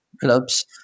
clubs